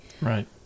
Right